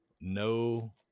no